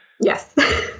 Yes